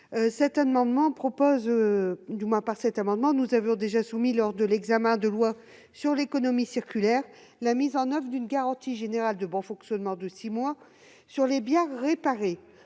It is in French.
sur les réparations. Nous avions déjà proposé, lors de l'examen de la loi sur l'économie circulaire, la mise en oeuvre d'une garantie générale de bon fonctionnement de six mois sur les biens réparés